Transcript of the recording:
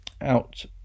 out